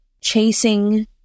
chasing